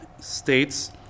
states